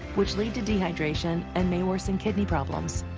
which lead to dehydration and may worsen kidney problems.